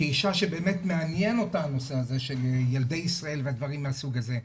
כאישה שבאמת מעניין אותה הנושא הזה של ילדי ישראל ודברים מהסוג הזה,